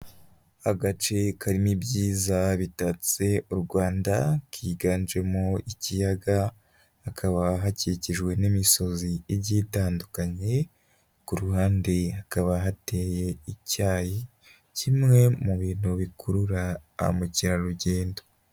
Agace karimo ibyiza bitatse u Rwanda, kiganjemo ikiyaga, hakaba hakikijwe n'imisozi igiye itandukanye, ku ruhande hakaba hateye icyayi, kimwe mu bintu bikurura ba mukerarugendo.